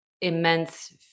immense